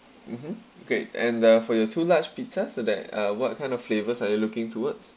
mmhmm okay and the for your two large pizza so that uh what kind of flavours are you looking towards